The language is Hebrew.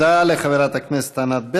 תודה לחברת הכנסת ענת ברקו.